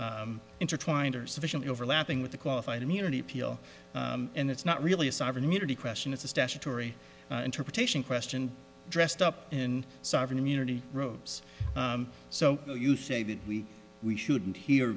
intertwined or sufficiently overlapping with the qualified immunity appeal and it's not really a sovereign immunity question it's a statutory interpretation question dressed up in sovereign immunity robes so you say that we we shouldn't here